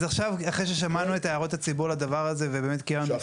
אז עכשיו אחרי ששמענו את הערות הציבור לדבר הזה ובאמת קיימנו שיח.